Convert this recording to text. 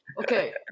Okay